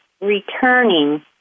returning